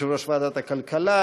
יושב-ראש ועדת הכלכלה,